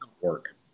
work